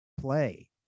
play